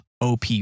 OP